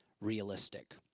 realistic